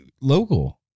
local